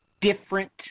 different